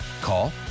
Call